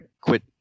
quit